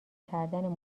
کردن